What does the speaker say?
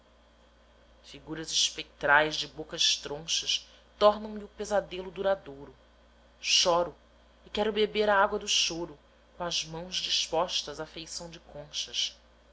desprezaram figuras espectrais de bocas tronchas tornam me o pesadelo duradouro choro e quero beber a água do choro com as mãos dispostas à feição de conchas